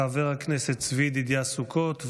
חבר הכנסת צבי ידידיה סוכות.